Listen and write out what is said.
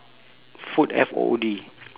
food F O O D